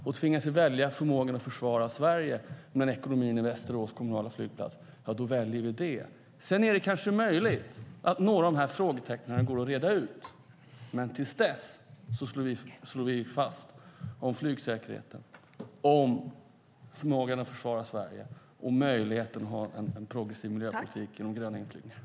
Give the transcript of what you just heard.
Om vi tvingas välja väljer vi förmågan att försvara Sverige framför ekonomin för Västerås kommunala flygplats. Kanske är det möjligt att några av dessa frågetecken går att räta ut. Men till dess slår vi vakt om flygsäkerheten, om förmågan att försvara Sverige och om möjligheten att ha en progressiv miljöpolitik genom gröna inflygningar.